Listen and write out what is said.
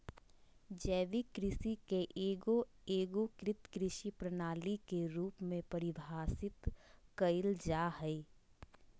जैविक कृषि के एगो एगोकृत कृषि प्रणाली के रूप में परिभाषित कइल जा हइ